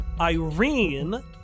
Irene